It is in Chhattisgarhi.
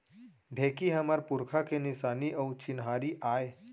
ढेंकी हमर पुरखा के निसानी अउ चिन्हारी आय